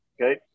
okay